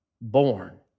born